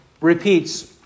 repeats